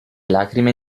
lacrime